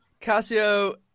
Casio